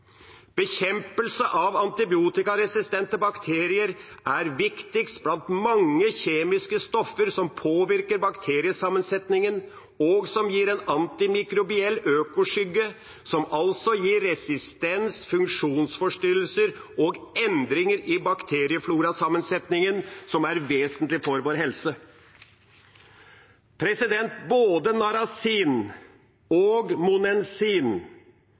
Bekjempelse av antibiotikaresistente bakterier er viktigst blant mange kjemiske stoffer som påvirker bakteriesammensetningen, og som gir en antimikrobiell økoskygge som gir resistens, funksjonsforstyrrelser og endringer i bakterieflorasammensetningen som er vesentlig for vår helse. Både narasin og monensin